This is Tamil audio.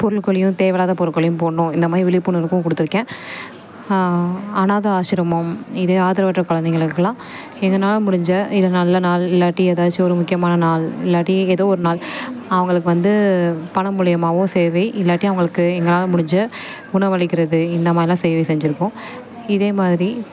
பொருட்களையும் தேவை இல்லாத பொருட்களையும் போடணும் இந்த மாதிரி விழிப்புணர்வும் கொடுத்து இருக்கேன் அனாதை ஆஷ்ரமம் இது ஆதரவற்ற கொழந்தைங்களுக்குலாம் எங்களால முடிஞ்ச இல்லை நல்ல நாள் இல்லாட்டி ஏதாச்சும் ஒரு முக்கியமான நாள் இல்லாட்டி ஏதோ ஒரு நாள் அவங்களுக்கு வந்து பணம் மூலயமாவோ சேவை இல்லாட்டி அவங்களுக்கு எங்கனாலே முடிஞ்ச உணவு அளிக்கிறது இந்த மாதிரிலாம் சேவை செஞ்சு இருக்கோம் இதே மாதிரி